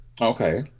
Okay